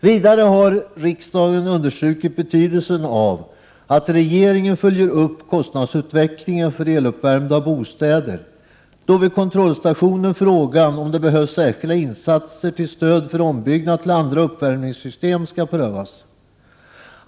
Vidare har riksdagen understrukit betydelsen av att regeringen följer upp kostnadsutvecklingen för eluppvärmda bostäder, då vid kontrollstationen frågan om det behövs särskilda insatser till stöd för ombyggnad till andra uppvärmningssystem skall prövas.